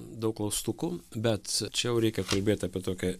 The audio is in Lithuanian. daug klaustukų bet čia jau reikia kalbėti apie tokią